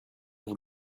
vous